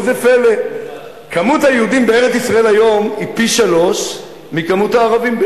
כמות היהודים בישראל היום היא פי-שלושה מכמות הערבים.